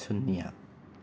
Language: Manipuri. ꯁꯨꯟꯌꯥ